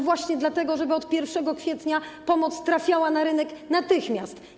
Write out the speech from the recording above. Właśnie dlatego, żeby od 1 kwietnia pomoc trafiała na rynek natychmiast.